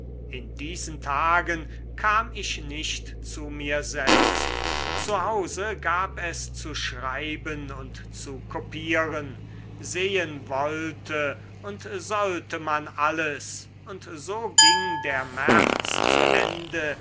in diesen tagen kam ich nicht zu mir selbst zu hause gab es zu schreiben und zu kopieren sehen wollte und sollte man alles und so ging der märz zu ende